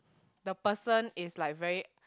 the person is like very